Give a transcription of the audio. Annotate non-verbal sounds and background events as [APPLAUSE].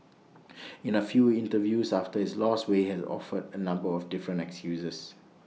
[NOISE] in A few interviews after his loss Wei has offered A number of different excuses